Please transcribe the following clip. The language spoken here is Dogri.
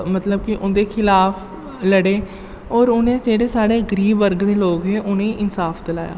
मतलब कि उं'दे खिलाफ लड़े और उ'नें जेह्ड़े साढ़े गरीव वर्ग दे लोक हे उ'नें गी इंसाफ दिलाया